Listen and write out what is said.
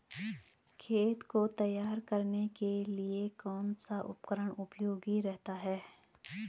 खेत को तैयार करने के लिए कौन सा उपकरण उपयोगी रहता है?